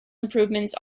improvements